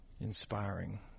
inspiring